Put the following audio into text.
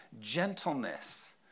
gentleness